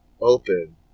open